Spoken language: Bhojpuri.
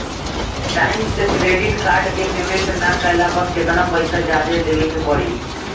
टाइम से क्रेडिट कार्ड के पेमेंट ना कैला पर केतना पईसा जादे देवे के पड़ी?